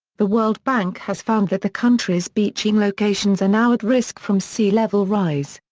the world bank has found that the country's beaching locations are now at risk from sea level rise.